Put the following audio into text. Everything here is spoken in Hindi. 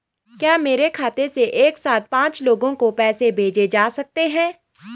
क्या मेरे खाते से एक साथ पांच लोगों को पैसे भेजे जा सकते हैं?